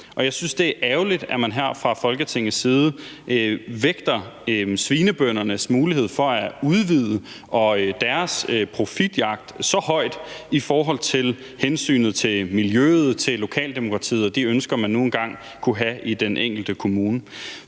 her fra Folketingets side vægter svinebøndernes mulighed for at udvide og deres profitjagt så højt i forhold til hensynet til miljøet og lokaldemokratiet